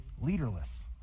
leaderless